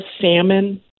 salmon